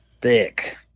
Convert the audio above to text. thick